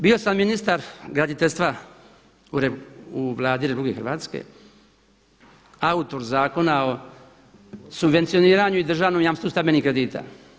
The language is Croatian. Bio sam ministar graditeljstva u Vladi RH, autor zakona o subvencioniranju i državnom jamstvu stambenih kredita.